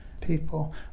people